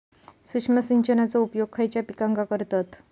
सूक्ष्म सिंचनाचो उपयोग खयच्या पिकांका करतत?